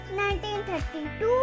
1932